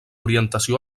orientació